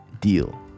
deal